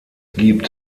gibt